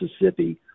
Mississippi